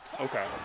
Okay